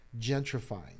gentrifying